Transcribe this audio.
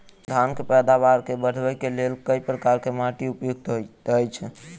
धान केँ पैदावार बढ़बई केँ लेल केँ प्रकार केँ माटि उपयुक्त होइत अछि?